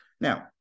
Now